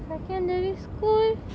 secondary school